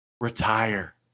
Retire